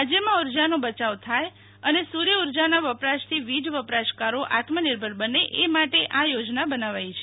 રાજ્યમાં ઉર્જાનો બચાવ થાય અને સૂર્ય ઉર્જાના વપરાશથી વીજ વપરાશકારો આત્મનિર્ભર બને એ માટે આ યોજના બનાવાઈ છે